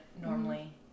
normally